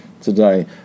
today